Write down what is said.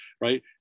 right